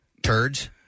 turds